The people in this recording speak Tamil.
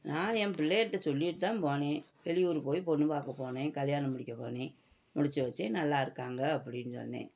நான் என் பிள்ளைகள்கிட்ட சொல்லிவிட்டுதான் போனேன் வெளியூர் போய் பொண்ணு பார்க்க போனேன் கல்யாணம் முடிக்க போனேன் முடித்து வச்சு நல்லா இருக்காங்க அப்படின்னு சொன்னேன்